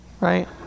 right